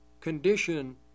condition